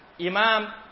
Imam